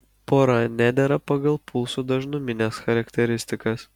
pora nedera pagal pulsų dažnumines charakteristikas